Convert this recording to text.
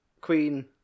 Queen